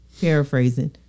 Paraphrasing